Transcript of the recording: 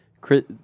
Chris